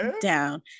Down